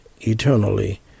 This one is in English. eternally